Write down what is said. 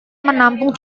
menampung